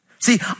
See